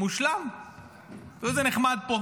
גלעד קריב (העבודה): איפה מטולה וקריית שמונה?